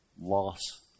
loss